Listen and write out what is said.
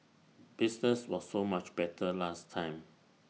business was so much better last time